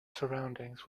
surroundings